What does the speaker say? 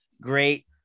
great